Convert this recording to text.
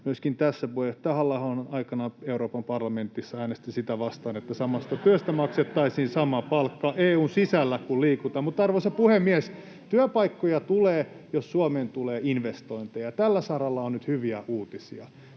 myöskin tässä puheenjohtaja Halla-ahohan aikanaan Euroopan parlamentissa äänesti sitä vastaan, että samasta työstä maksettaisiin sama palkka, EU:n sisällä kun liikutaan. Arvoisa puhemies! Työpaikkoja tulee, jos Suomeen tulee investointeja. Tällä saralla on nyt hyviä uutisia.